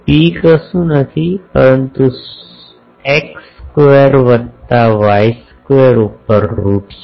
ρ કશું નથી પરંતુ x સ્કવેર વત્તા y સ્કવેર ઉપર રુટ છે